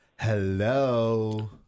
Hello